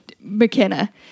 McKenna